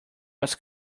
was